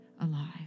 alive